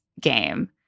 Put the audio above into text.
game